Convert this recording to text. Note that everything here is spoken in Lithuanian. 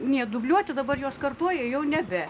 nedubliuoti dabar juos kartoja jau nebe